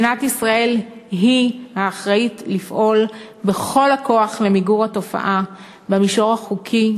מדינת ישראל היא האחראית לפעול בכל הכוח למיגור התופעה במישור החוקי,